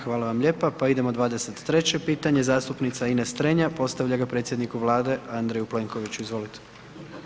Hvala vam lijepa pa idemo 23. pitanje, zastupnica Ines Strenja, postavlja ga predsjedniku Vlade, Andreju Plenkoviću, izvolite.